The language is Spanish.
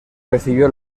recibió